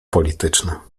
polityczna